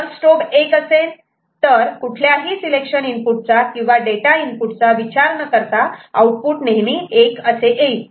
जर स्ट्रोब 1 असेल तर कुठल्याही सिलेक्शन इनपुटचा किंवा डेटा इनपुटचा विचार न करता आउटपुट नेहमी 1 असे येईल